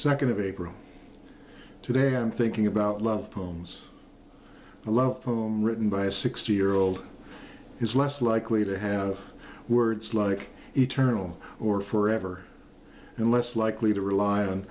second of april today i'm thinking about love poems a love poem written by a six year old is less likely to have words like eternal or forever and less likely to rely on